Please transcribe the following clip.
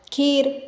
खीर